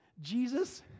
Jesus